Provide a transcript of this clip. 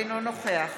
אינו נוכח